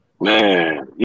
Man